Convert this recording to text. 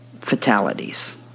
fatalities